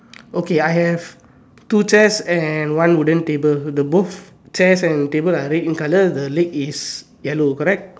okay I have two chairs and one wooden table the both chairs and table are red in color the leg is yellow correct